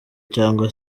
cyangwa